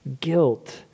guilt